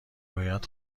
باید